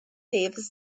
favours